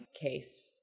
case